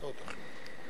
תינוקותיו.